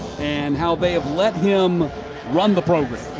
and how they have let him run the program.